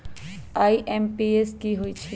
IMPS की होईछइ?